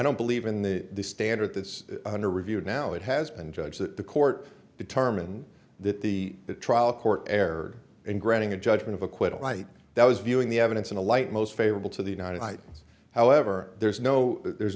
don't believe in the standard that's under review now it has been judged that the court determined that the trial court error and granting a judgment of acquittal i that was viewing the evidence in a light most favorable to the united i however there's no there's